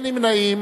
אין נמנעים.